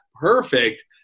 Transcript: perfect